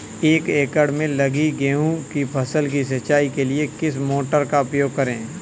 एक एकड़ में लगी गेहूँ की फसल की सिंचाई के लिए किस मोटर का उपयोग करें?